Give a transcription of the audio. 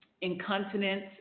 incontinence